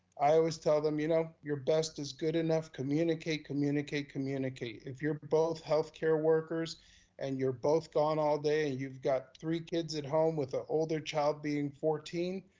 i always tell them, you know, your best is good enough, communicate, communicate, communicate. if you're both healthcare workers and you're both gone all day and you've got three kids at home with the older child being fourteen,